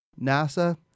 NASA